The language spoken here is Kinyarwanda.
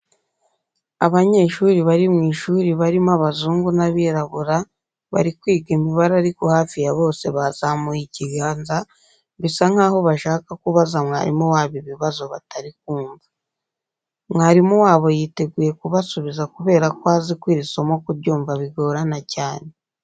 Abanyeshuri bari mu ishuri barimo abazungu n'abirabura bari kwiga imibare ariko hafi ya bose bazamuye ikiganza bisa nkaho bashaka kubaza mwarimu wabo ibibazo batari kumva. Mwarimu wabo yiteguye kubasubiza kubera ko azi ko iri somo kuryumva bigorana cyane.